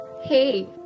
Hey